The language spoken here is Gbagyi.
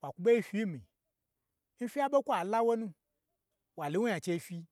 wa kwu ɓei fyi n min fya ɓe kwa law nu wa lo wo nya n chei fyi.